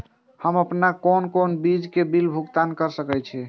हम आपन कोन कोन चीज के बिल भुगतान कर सके छी?